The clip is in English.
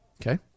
Okay